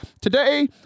Today